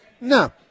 No